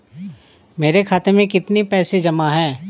मेरे खाता में कितनी पैसे जमा हैं?